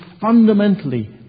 fundamentally